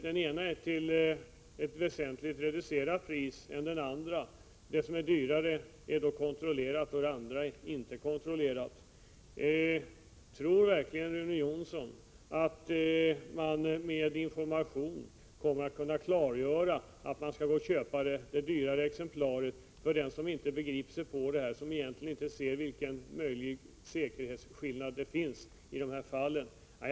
Den ena säljs till ett väsentligt reducerat pris i förhållande till den andra. Den apparat som är dyrare är då kontrollerad, medan den andra inte är kontrollerad. Tror Rune Jonsson verkligen att man med information kommer att kunna klargöra för personer som inte begriper sig på detta och som egentligen inte ser vilken säkerhetsskillnad det finns i dessa fall, att de skall gå och köpa det dyrare exemplaret?